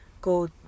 go